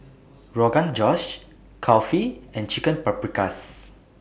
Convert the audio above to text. Rogan Josh Kulfi and Chicken Paprikas